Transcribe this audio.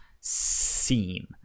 scene